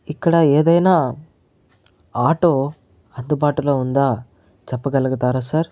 ఇక్కడ ఏదైనా ఆటో అందుబాటులో ఉందా చెప్పగలుగుతారా సార్